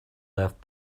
left